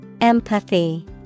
Empathy